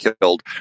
killed